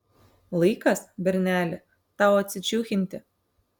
laikas berneli tau atsičiūchinti